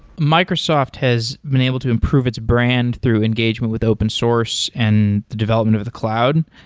microsoft has been able to improve its brand through engagement with open source and development of the cloud.